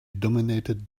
dominated